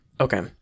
Okay